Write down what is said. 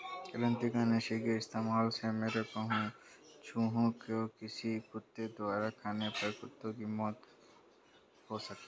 कृतंकनाशी के इस्तेमाल से मरे चूहें को किसी कुत्ते द्वारा खाने पर कुत्ते की मौत हो सकती है